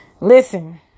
Listen